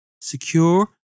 secure